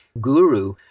guru